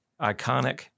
iconic